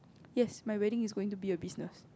yes my wedding is going to be a business